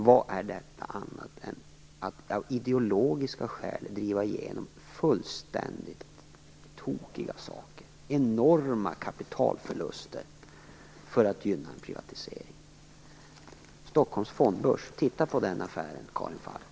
Vad är detta annat än att av ideologiska skäl driva igenom fullständigt tokiga saker och enorma kapitalförluster för att gynna privatisering? Titta på affären med Stockholms Fondbörs,